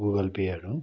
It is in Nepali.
गुगल पेहरू